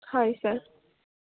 হয় ছাৰ